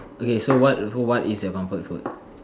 okay so what so what is your comfort food